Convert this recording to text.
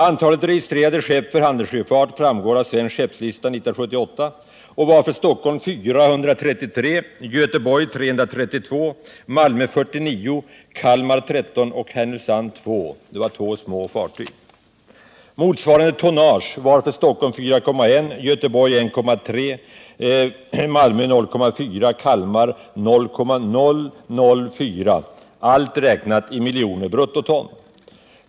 Antalet registrerade skepp för handelssjöfart framgår av Svensk Skeppslista 1978 och var för Stockholm 433, Göteborg 332, Malmö 49, Kalmar 13 och Härnösand 2 — det gäller i det sista fallet små fartyg. Motsvarande tonnage var för Stockholm 4,1, Göteborg 1,3, Malmö 0,4, Kalmar 0,004 — allt räknat i miljoner bruttoton.